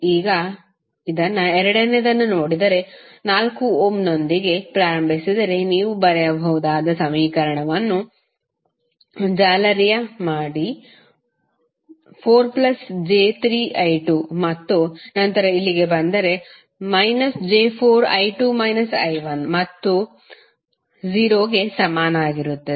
ಈಗ ಇದನ್ನು ಎರಡನೆಯದನ್ನು ನೋಡಿದರೆ 4 ಓಮ್ನೊಂದಿಗೆ ಪ್ರಾರಂಭಿಸಿದರೆ ನೀವು ಬರೆಯಬಹುದಾದ ಸಮೀಕರಣವನ್ನು ಜಾಲರಿಯ ಮಾಡಿ 4j3I2 ಮತ್ತು ನಂತರ ಇಲ್ಲಿಗೆ ಬಂದರೆ −j4 ಮತ್ತು ಅದು 0 ಗೆ ಸಮಾನವಾಗಿರುತ್ತದೆ